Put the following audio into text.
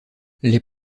les